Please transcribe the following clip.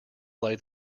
lay